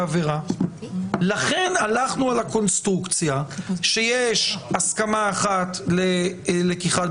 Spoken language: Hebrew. בטופס של ההסכמה הראשונית שאומר שאפריורי בשלב